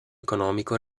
economico